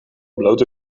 blote